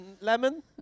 Lemon